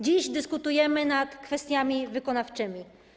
Dziś dyskutujemy nad kwestiami wykonawczymi.